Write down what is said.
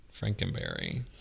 Frankenberry